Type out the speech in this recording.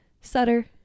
Sutter